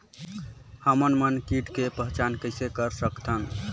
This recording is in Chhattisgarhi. हमन मन कीट के पहचान किसे कर सकथन?